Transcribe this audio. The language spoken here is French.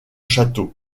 château